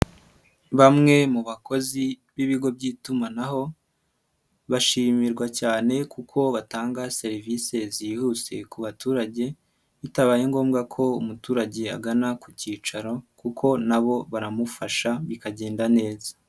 Bamwe mu bakozi b'ibigo by'itumanaho bashimirwa cyane kuko batanga serivisi zihuse ku baturage, bitabaye ngombwa ko umuturage agana ku cyicaro kuko nabo baramufasha bikagenda neza.